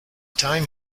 time